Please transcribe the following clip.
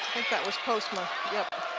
think that was postma. yep.